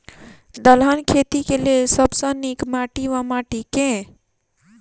दलहन खेती केँ लेल सब सऽ नीक माटि वा माटि केँ?